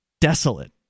desolate